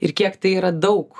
ir kiek tai yra daug